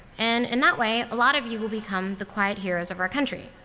and in that way, a lot of you will become the quiet heroes of our country.